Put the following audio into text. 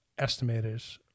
estimators